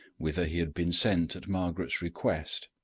whither he had been sent at margaret's request.